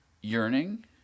yearning